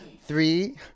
three